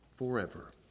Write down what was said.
forever